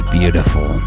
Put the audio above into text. beautiful